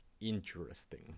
Interesting